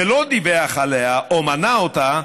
ולא דיווח עליה או מנע אותה,